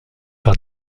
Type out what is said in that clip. par